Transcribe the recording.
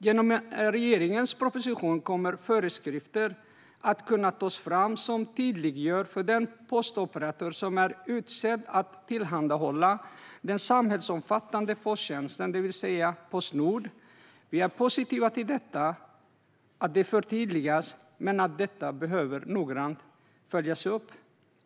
Genom regeringens proposition kommer föreskrifter att kunna tas fram som tydliggör för den postoperatör som är utsedd att tillhandahålla den samhällsomfattande posttjänsten, det vill säga Postnord, vad som krävs. Vi är positiva till att detta förtydligas, men det behöver noggrant följas upp.